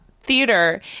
Theater